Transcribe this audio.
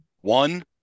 one